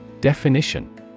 Definition